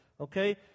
okay